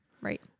Right